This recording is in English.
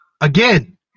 again